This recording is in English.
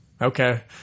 okay